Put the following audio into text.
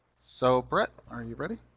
so, bret, are you ready?